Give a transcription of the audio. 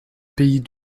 pays